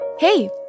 Hey